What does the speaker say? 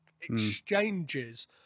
exchanges